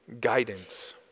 guidance